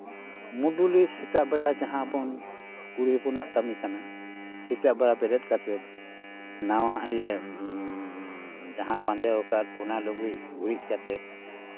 ᱢᱩᱰᱩᱞᱤ ᱥᱮᱛᱟᱜ ᱵᱮᱲᱟ ᱡᱟᱦᱟᱸ ᱵᱚᱱ ᱠᱩᱲᱤ ᱦᱚᱯᱚᱱᱟᱜ ᱠᱟᱹᱢᱤ ᱠᱟᱱᱟ ᱥᱮᱛᱟᱜ ᱵᱮᱲᱟ ᱵᱮᱨᱮᱫ ᱠᱟᱛᱮᱫ ᱱᱟᱣᱟ ᱤᱭᱟᱹ ᱡᱟᱦᱟᱸ ᱵᱟᱸᱫᱮᱣᱟᱠᱟᱫ ᱚᱱᱟ ᱞᱩᱜᱽᱲᱤᱡ ᱵᱷᱩᱲᱤᱡ ᱠᱟᱛᱮᱫ